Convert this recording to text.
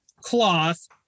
cloth